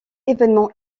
événements